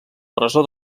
presó